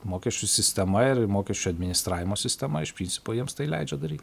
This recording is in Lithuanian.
mokesčių sistema ir mokesčių administravimo sistema iš principo jiems tai leidžia daryt